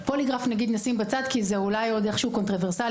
את הפוליגרף נשים בצד כי זה אולי איכשהו קונטרוברסלי.